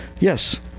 yes